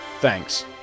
Thanks